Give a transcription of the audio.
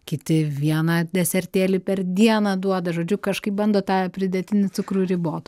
kiti vieną desertėlį per dieną duoda žodžiu kažkaip bando tą pridėtinį cukrų ribot